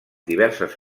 diverses